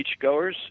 beachgoers